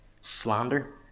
slander